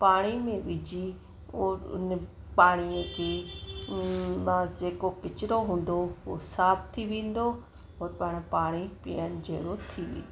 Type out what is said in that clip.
पाणी में विझी पोइ उन पाणी खे उन्हनि मां जेको किचिरो हूंदो उहो साफु थी वेंदो और पाण पाणी पीअणु जहिड़ो थी वेंदो